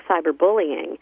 cyberbullying